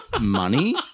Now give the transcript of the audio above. money